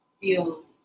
feel